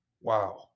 wow